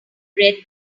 read